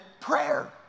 prayer